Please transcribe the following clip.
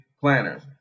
planners